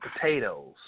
potatoes